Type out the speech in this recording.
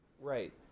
Right